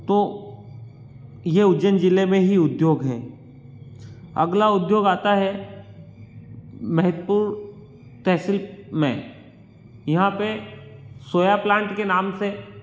तो यह उज्जैन जिले में ही उद्योग हैं अगला उद्योग आता है महत्वपूर्ण तहसील में यहाँ पर सोया प्लांट के नाम से